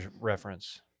reference